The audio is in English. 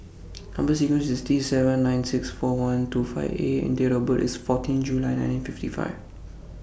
Number sequence IS T seven nine six four one two five A and Date of birth IS fourteenth July nineteen fifty five